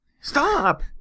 stop